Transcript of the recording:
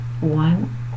One